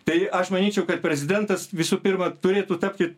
tai aš manyčiau kad prezidentas visų pirma turėtų tapti